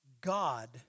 God